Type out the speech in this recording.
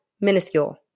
minuscule